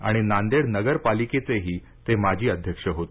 आणि नांदेड नगर पालिकेचेही ते माजी अध्यक्ष होते